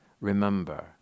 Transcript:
remember